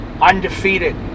Undefeated